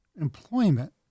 employment